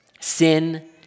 Sin